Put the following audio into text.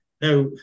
Now